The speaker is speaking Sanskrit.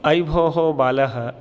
अय् भोः बाल